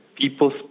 people